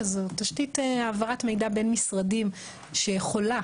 שזו תשתית העברת מידע בין משרדים שיכולה,